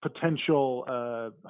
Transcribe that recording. potential